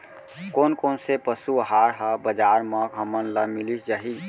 कोन कोन से पसु आहार ह बजार म हमन ल मिलिस जाही?